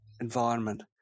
environment